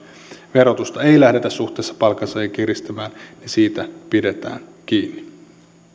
verotusta ei lähdetä suhteessa palkansaajiin kiristämään pidetään kiinni